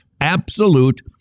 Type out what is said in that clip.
absolute